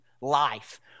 life